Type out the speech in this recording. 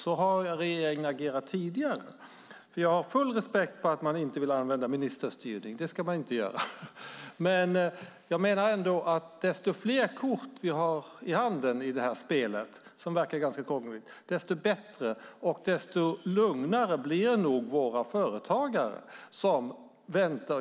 Så har regeringen agerat tidigare. Jag har full respekt för att man inte vill använda ministerstyrning. Det ska man inte göra. Jag menar ändå att ju fler kort vi har på hand i det här spelet, som verkar ganska krångligt, desto bättre och desto lugnare blir nog våra företagare.